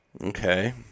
Okay